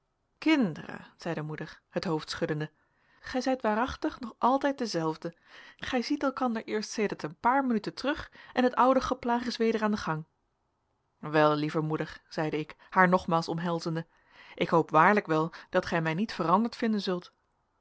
kinderen zeide moeder het hoofd schuddende gij zijt waarachtig nog altijd dezelfde gij ziet elkander eerst sedert een paar minuten terug en het oude geplaag is weder aan den gang wel lieve moeder zeide ik haar nogmaals omhelzende ik hoop waarlijk wel dat gij mij niet veranderd vinden zult